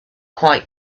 quite